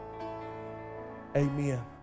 amen